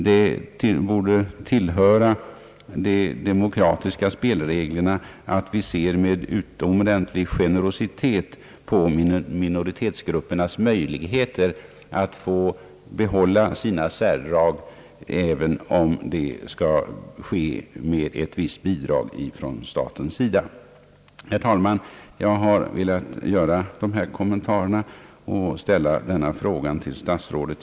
Det borde tillhöra de demokratiska spelreglerna att vi ser med utomordentlig generositet på minoritetsgruppernas möjligheter att bevara sina särdrag, även om det innebär en viss kostnad för staten. Herr talman! Jag har velat göra dessa kommentarar och ställa min fråga till statsrådet.